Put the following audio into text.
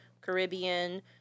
Caribbean